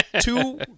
two